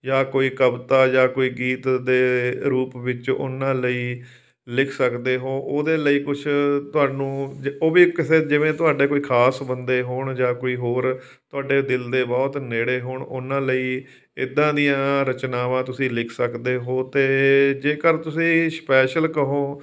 ਜਾਂ ਕੋਈ ਕਵਿਤਾ ਜਾਂ ਕੋਈ ਗੀਤ ਦੇ ਰੂਪ ਵਿੱਚ ਉਹਨਾਂ ਲਈ ਲਿਖ ਸਕਦੇ ਹੋ ਉਹਦੇ ਲਈ ਕੁਝ ਤੁਹਾਨੂੰ ਉਹ ਵੀ ਕਿਸੇ ਜਿਵੇਂ ਤੁਹਾਡਾ ਕੋਈ ਖਾਸ ਬੰਦੇ ਹੋਣ ਜਾਂ ਕੋਈ ਹੋਰ ਤੁਹਾਡੇ ਦਿਲ ਦੇ ਬਹੁਤ ਨੇੜੇ ਹੋਣ ਉਹਨਾਂ ਲਈ ਇੱਦਾਂ ਦੀਆਂ ਰਚਨਾਵਾਂ ਤੁਸੀਂ ਲਿਖ ਸਕਦੇ ਹੋ ਅਤੇ ਜੇਕਰ ਤੁਸੀਂ ਸਪੈਸ਼ਲ ਕਹੋ